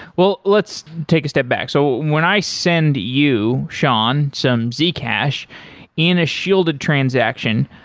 well, let's take a step back. so when i send you sean some zcash in a shielded transaction,